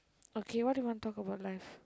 okay what do you want to talk about life